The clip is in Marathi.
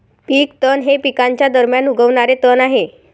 पीक तण हे पिकांच्या दरम्यान उगवणारे तण आहे